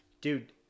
dude